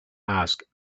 asked